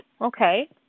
okay